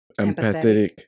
empathetic